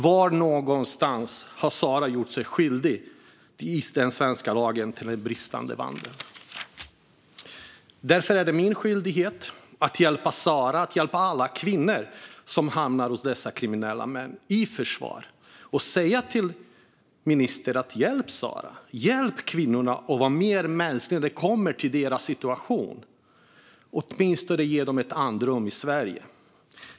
Var i den svenska lagen står det att Sara gjort sig skyldig till bristande vandel? Det är min skyldighet att hjälpa Sara och alla kvinnor som hamnar hos dessa kriminella män. Jag måste ta kvinnorna i försvar och säga till ministern att hjälpa dem och vara mer mänsklig när det gäller deras situation. Ge dem åtminstone andrum i Sverige!